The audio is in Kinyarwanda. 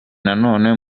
nanone